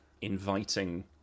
inviting